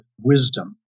wisdom